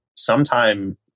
Sometime